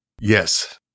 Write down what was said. Yes